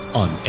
on